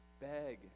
beg